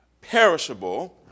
perishable